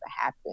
happen